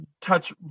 touch